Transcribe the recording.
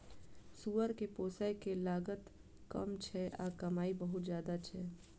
सुअर कें पोसय के लागत कम छै आ कमाइ बहुत ज्यादा छै